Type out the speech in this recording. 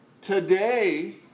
today